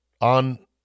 on